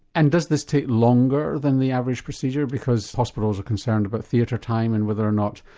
and does this take longer than the average procedure because hospitals are concerned about theatre time and whether or not,